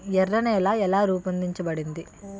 ఎర్ర నేల ఎలా రూపొందించబడింది?